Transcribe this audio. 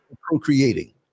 Procreating